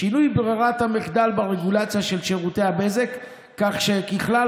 שינוי ברירת המחדל ברגולציה של שירותי הבזק כך שככלל